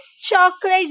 chocolate